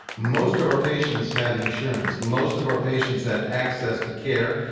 most of our patients had insurance. most of our patients had access to care.